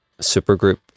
supergroup